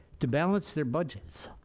to balance their budgets,